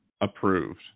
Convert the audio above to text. approved